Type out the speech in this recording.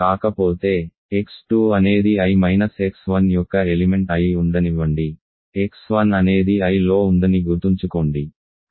కాకపోతే x2 అనేది I minus x1 యొక్క ఎలిమెంట్ అయి ఉండనివ్వండి x1 అనేది Iలో ఉందని గుర్తుంచుకోండి